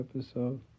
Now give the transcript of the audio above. episode